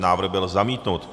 Návrh byl zamítnut.